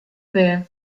there